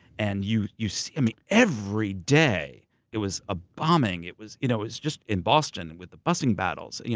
and you you see. i mean every day it was a bombing. it was you know was just. in boston, and with the busing battles.